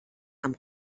amb